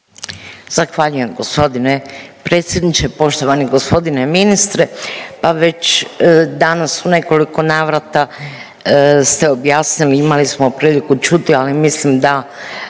Zahvaljujem g. predsjedniče, poštovani g. ministre, pa već danas u nekoliko navrata ste objasnili, imali smo priliku čuti, ali mislim da